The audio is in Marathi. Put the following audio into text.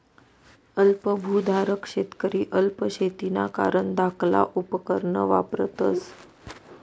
अल्प भुधारक शेतकरी अल्प शेतीना कारण धाकला उपकरणं वापरतस